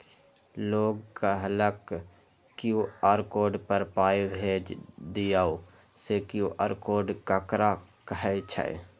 लोग कहलक QR code पर पाय भेज दियौ से क्यू.आर कोड ककरा कहै छै?